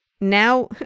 now